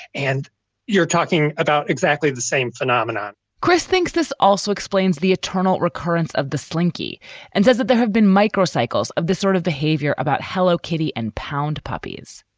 and you're talking about exactly the same phenomenon chris thinks this also explains the eternal recurrence of the slinky and says that there have been micro cycles of this sort of behavior about hello, kitty and pound puppies.